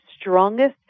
strongest